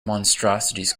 monstrosities